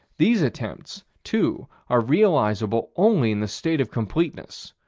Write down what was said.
these attempts, too, are realizable only in the state of completeness,